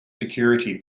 security